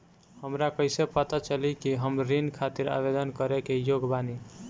हमरा कईसे पता चली कि हम ऋण खातिर आवेदन करे के योग्य बानी?